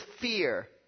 fear